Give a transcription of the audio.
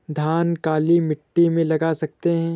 धान काली मिट्टी में लगा सकते हैं?